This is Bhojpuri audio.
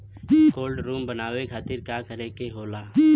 कोल्ड रुम बनावे खातिर का करे के होला?